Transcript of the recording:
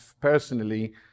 Personally